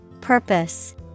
Purpose